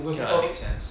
okay lah make sense